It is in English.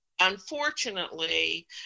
unfortunately